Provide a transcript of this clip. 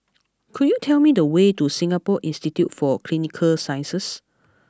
could you tell me the way to Singapore Institute for Clinical Sciences